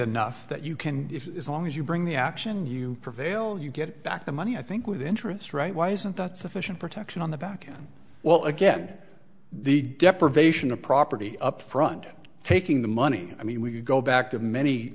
enough that you can always you bring the action you prevail you get back the money i think with interest right why isn't that sufficient protection on the back well again the deprivation of property up front taking the money i mean we go back to many